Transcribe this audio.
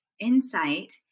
insight